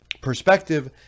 perspective